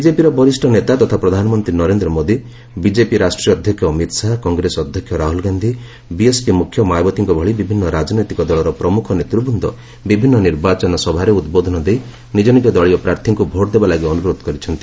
ବିଜେପିର ବରିଷ୍ଠ ନେତା ତଥା ପ୍ରଧାନମନ୍ତ୍ରୀ ନରେନ୍ଦ୍ର ମୋଦି ବିଜେପି ରାଷ୍ଟ୍ରୀୟ ଅଧ୍ୟକ୍ଷ ଅମିତ ଶାହା କଂଗ୍ରେସ ଅଧ୍ୟକ୍ଷ ରାହୁଲ ଗାନ୍ଧି ବିଏସ୍ପି ମୁଖ୍ୟ ମାୟାବତୀଙ୍କ ଭଳି ବିଭିନ୍ନ ରାଜନୈତିକ ଦଳର ପ୍ରମୁଖ ନେତୃବୃନ୍ଦ ବିଭିନ୍ନ ନିର୍ବାଚନୀ ସଭାରେ ଉଦ୍ବୋଧନ ଦେଇ ନିକ ନିକ ଦଳୀୟ ପ୍ରାର୍ଥୀଙ୍କୁ ଭୋଟ୍ ଦେବା ଲାଗି ଅନୁରୋଧ କରିଛନ୍ତି